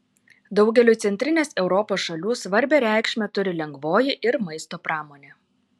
daugeliui centrinės europos šalių svarbią reikšmę turi lengvoji ir maisto pramonė